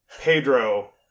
Pedro